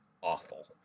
awful